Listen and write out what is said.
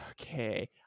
Okay